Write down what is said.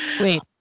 wait